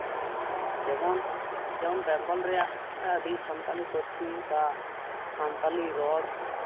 ᱡᱮᱢᱚᱱ ᱡᱮᱢᱚᱱ ᱵᱮᱝᱜᱚᱞ ᱨᱮᱭᱟᱜ ᱟᱹᱰᱤ ᱥᱟᱱᱛᱟᱞᱤ ᱯᱟᱹᱨᱥᱤ ᱵᱟ ᱥᱟᱱᱛᱟᱞᱤ ᱨᱚᱲ